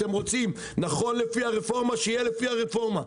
אתם רוצים לפי הרפורמה, שיהיה לפי הרפורמה.